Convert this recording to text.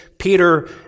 Peter